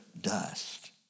dust